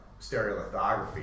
stereolithography